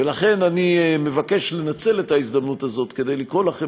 ולכן אני מבקש לנצל את ההזדמנות הזאת כדי לקרוא לכם